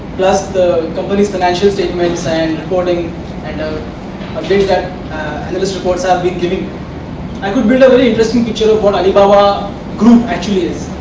plus the companies financial statements and reporting and um updates analyst reports have been giving i could build a very interesting picture of what alibaba group actually is